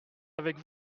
avec